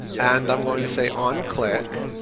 and i'm going to say onclick.